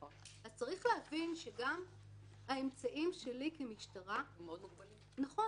אז צריך להבין שגם האמצעים שלי כמשטרה מוגבלים,